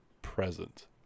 present